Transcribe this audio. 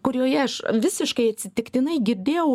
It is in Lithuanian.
kurioje aš visiškai atsitiktinai girdėjau